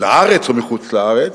מהארץ או לחוץ-לארץ,